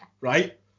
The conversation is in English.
Right